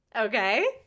okay